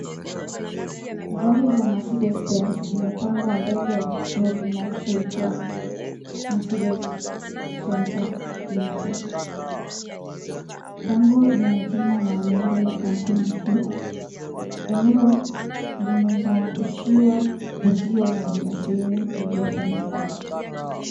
Gari ya mercedees benz zimepangwa mbele ya kituo kinachoitwa Maercedes Center LTD. Bango lina jina na nembo ya kampuni hiyo. Eneo limezungushiwa uzio na lina sehemu iliyofunikwa.